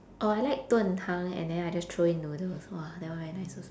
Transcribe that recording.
oh I like 炖汤 and then I just throw in noodles !wah! that one very nice also